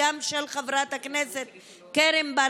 של חברת הכנסת קרן,